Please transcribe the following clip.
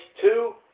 two